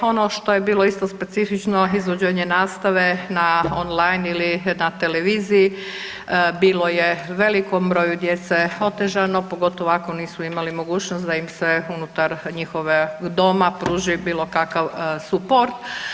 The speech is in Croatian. Ono što je bilo isto specifično izvođenje nastave na on-line ili na televiziji, bilo je velikom broju djece otežano pogotovo ako nisu imali mogućnost da im se unutar njihovog doma pruži bilo kakav suport.